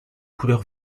couleur